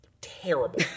terrible